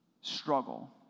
struggle